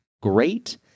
great